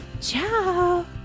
Ciao